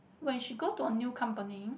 when she go to a new company